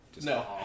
No